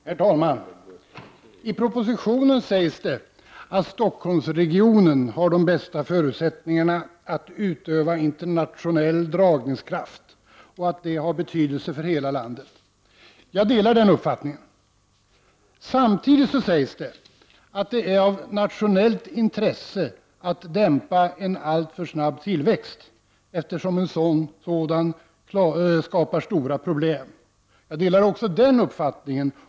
Herr talman! I propositionen sägs det att Stockholmsregionen har de bästa förutsättningarna att utöva internationell dragningskraft och att detta har betydelse för hela landet. Jag delar den uppfattningen. Samtidigt sägs det att det är av nationellt intresse att dämpa en alltför snabb tillväxt, eftersom en sådan skapar stora problem. Jag delar också den uppfattningen.